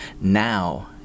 Now